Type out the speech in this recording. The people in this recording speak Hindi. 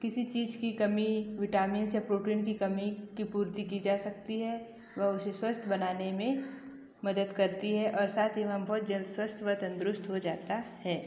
किसी चीज़ की कमी विटामिंस या प्रोटीन की कमी की पूर्ति की जा सकती है व उसे स्वस्थ बनाने में मदद करती है और साथ ही वह बहुत जल्द स्वस्थ व तंदरुस्त हो जाता है